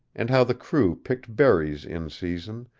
and how the crew picked berries in season,